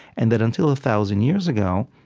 and that until a thousand years ago,